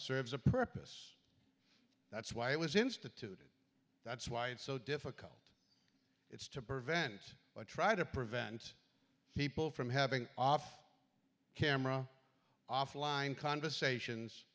serves a purpose that's why it was instituted that's why it's so difficult it's to prevent or try to prevent people from having off camera offline conversations